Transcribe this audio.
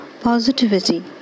positivity